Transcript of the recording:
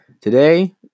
today